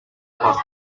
porta